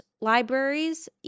libraries